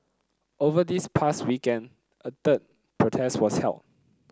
over this past weekend a the third protest was held